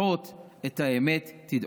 לפחות את האמת תדעו.